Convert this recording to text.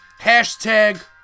Hashtag